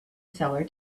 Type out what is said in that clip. seller